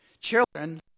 Children